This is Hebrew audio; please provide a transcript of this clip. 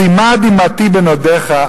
שימה דמעתי בנאדך,